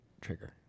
trigger